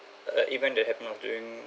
err even they have nothing